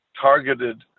targeted